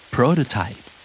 Prototype